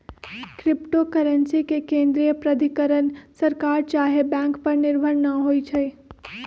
crypto currency के केंद्रीय प्राधिकरण सरकार चाहे बैंक पर निर्भर न होइ छइ